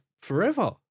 forever